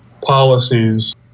policies